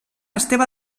esteve